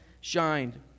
shined